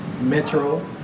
Metro